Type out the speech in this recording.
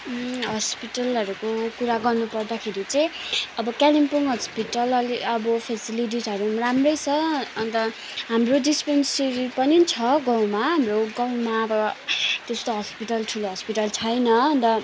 हस्पिटलहरूको कुरा गर्नुपर्दाखेरि चाहिँ अब कालिम्पोङ हस्पिटल अलि अब फेसिलिटिजहरू पनि राम्रै छ अन्त हाम्रो डिस्पेन्सरी पनि छ गाउँमा हाम्रो गाउँमा अब त्यस्तो हस्पिटल ठुलो हस्पिटल छैन र